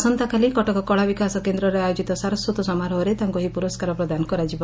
ଆସନ୍ତାକାଲି କଟକ କଳାବିକାଶ କେନ୍ଦ୍ରରେ ଆୟୋଜିତ ସାରସ୍ୱତ ସମାରୋହରେ ତାଙ୍କୁ ଏହି ପୁରସ୍କାର ପ୍ରଦାନ କରାଯିବ